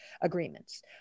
agreements